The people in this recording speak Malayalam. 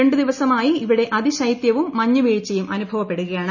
രണ്ടു ദിവസമായി ഇവിടെ അതിശൈത്യവും ദ് മഞ്ഞുവീഴ്ചയും അനുഭവപ്പെടുകയാണ്